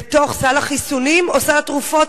בתוך סל החיסונים או סל התרופות,